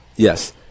Yes